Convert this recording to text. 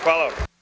Hvala.